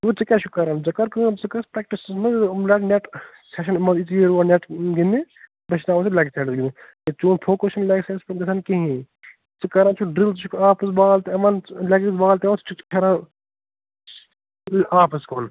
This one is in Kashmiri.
وٕچھ ژٕ کیاہ چھُکھ کَران ژٕ کَر کٲم ژٕ گَژھ پرٛیکٹِسَس منٛز یِم لاگ نٮ۪ٹ سیشن مان یہِ ژٕ یور نٮ۪ٹ گِنٛدنہِ بہٕ ہیٚچھناوَتھ ژٕ لٮ۪گ سایِڈس گِنٛدُن تہٕ چوٗن فوکَس چھُنہٕ لٮ۪گ سایِڈَس کُن گَژھان کِہیٖنۍ ژٕ کَران چھُکھ ڈٕرٛل ژٕ چھُکھ آفَٕچ بال تہِ یِوان لٮ۪گٕچ بال تہِ یِوان ژٕ چھُکھ سُہ پھِران آفَس کُن